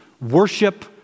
worship